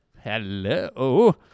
Hello